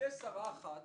שרה אחת,